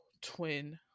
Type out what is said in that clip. twin